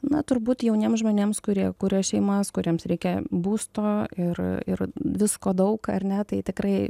na turbūt jauniem žmonėms kurie kuria šeimas kuriems reikia būsto ir ir visko daug ar ne tai tikrai